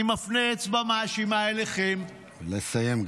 אני מפנה אצבע מאשימה אליכם -- לסיים,